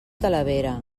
talavera